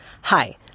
Hi